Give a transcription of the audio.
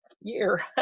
year